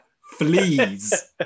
Fleas